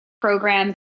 programs